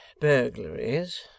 burglaries